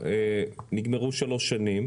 התליה כאמור תהיה לתקופה המזערית הנדרשת.